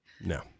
no